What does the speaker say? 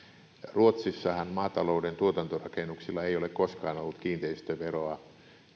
ruotsissahan maatalouden tuotantorakennuksilla ei ole koskaan ollut kiinteistöveroa